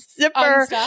zipper